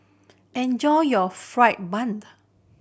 enjoy your fried bun